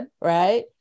right